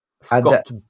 Scott